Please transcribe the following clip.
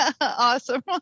Awesome